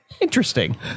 interesting